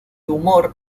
humor